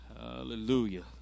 Hallelujah